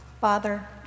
Father